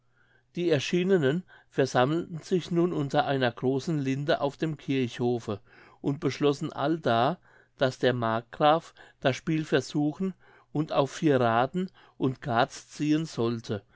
die erschienenen versammelten sich nun unter einer großen linde auf dem kirchhofe und beschlossen allda daß der markgraf das spiel versuchen und auf vierraden und garz ziehen sollte